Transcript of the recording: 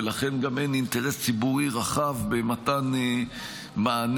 ולכן גם אין אינטרס ציבורי רחב במתן מענה